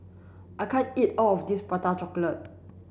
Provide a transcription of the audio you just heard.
I can't eat all of this prata chocolate